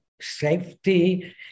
safety